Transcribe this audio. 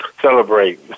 celebrate